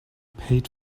paid